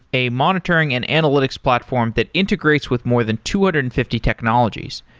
a monitoring and analytics platform that integrates with more than two hundred and fifty technologies,